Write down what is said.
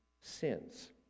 sins